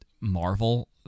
Marvel